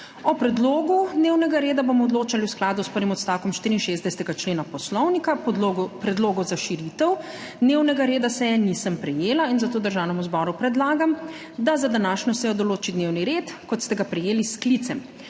O predlogu dnevnega reda bomo odločali v skladu s prvim odstavkom 64. člena Poslovnika. Predlogov za širitev dnevnega reda seje nisem prejela in zato Državnemu zboru predlagam, da za današnjo sejo določi dnevni red kot ste ga prejeli s sklicem.